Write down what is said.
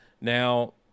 Now